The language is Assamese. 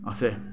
আছে